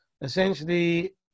essentially